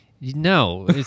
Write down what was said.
No